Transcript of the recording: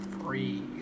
free